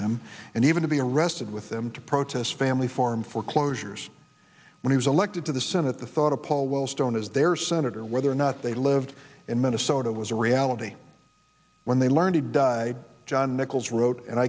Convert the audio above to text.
them and even to be arrested with them to protest family farm foreclosures when he was elected to the senate the thought of paul wellstone as their senator whether or not they lived in minnesota was a reality when they learned die john nichols wrote and